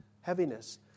heaviness